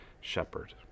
shepherd